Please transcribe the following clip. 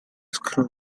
screw